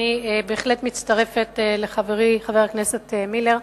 אני בהחלט מצטרפת לחברי חבר הכנסת מילר,